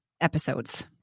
episodes